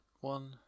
one